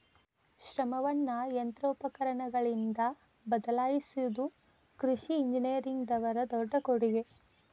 ಶ್ರಮವನ್ನಾ ಯಂತ್ರೋಪಕರಣಗಳಿಂದ ಬದಲಾಯಿಸಿದು ಕೃಷಿ ಇಂಜಿನಿಯರಿಂಗ್ ದವರ ದೊಡ್ಡ ಕೊಡುಗೆ